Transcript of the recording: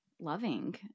loving